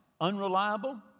unreliable